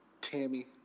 Tammy